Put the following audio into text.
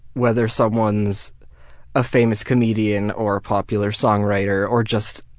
whether someone's a famous comedian or a popular songwriter or just